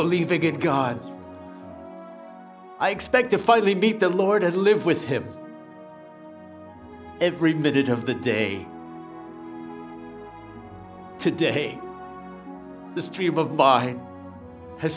believing in god i expect to finally meet the lord and live with him every minute of the day to day the stream of by h